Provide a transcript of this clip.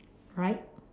right